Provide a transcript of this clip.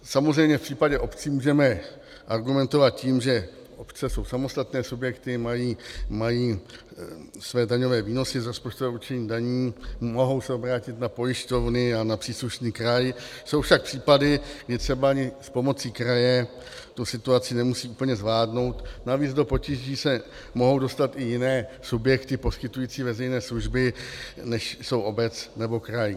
Samozřejmě v případě obcí můžeme argumentovat tím, že obce jsou samostatné subjekty, mají své daňové výnosy z rozpočtového určení daní, mohou se obrátit na pojišťovny a na příslušný kraj, jsou však případy, kdy třeba ani s pomocí kraje tu situaci nemusejí úplně zvládnout, navíc do potíží se mohou dostat i jiné subjekty poskytující veřejné služby, než jsou obec nebo kraj.